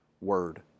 Word